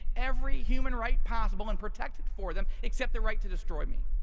every human right possible and protected for them except the right to destroy me.